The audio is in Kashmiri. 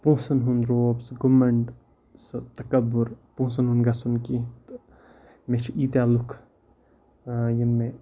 پونٛسَن ہُنٛد روب سُہ گُمَنٛڈ سُہ تکبُر پونٛسَن ہُنٛد گژھُن کینٛہہ مےٚ چھِ ایٖتیٛاہ لُکھ یِم مےٚ